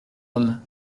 homme